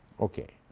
okay.